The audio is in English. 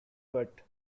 but